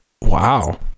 Wow